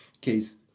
case